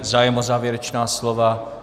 Zájem o závěrečná slova.